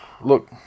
Look